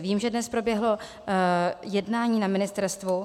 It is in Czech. Vím, že dnes proběhlo jednání na ministerstvu.